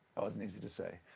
that wasn't easy to say.